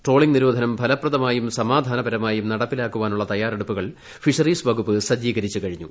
trawling നിരോധനം ഫലപ്രദമായും സമാ ധാനപരമായും നടപ്പാക്കാനുള്ള തയ്യാറെടുപ്പുകൾ ഫിഷറീസ് വകുപ്പ് സജ്ജീകരിച്ചു കഴിഞ്ഞു